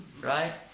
Right